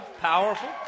powerful